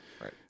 Right